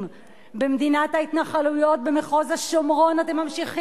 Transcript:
אדוני ראש הממשלה,